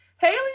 Haley